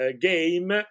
game